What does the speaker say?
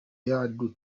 azagera